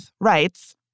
writes